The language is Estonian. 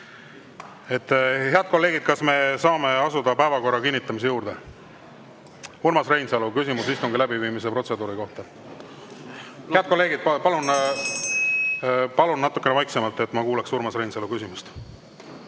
kolleegid, kas me saame asuda päevakorra kinnitamise juurde? Urmas Reinsalu, küsimus istungi läbiviimise protseduuri kohta. Head kolleegid, palun! (Helistab kella.) Palun natukene vaiksemalt, et ma kuuleks Urmas Reinsalu küsimust.